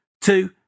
Two